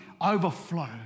overflow